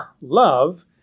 love